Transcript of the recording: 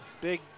big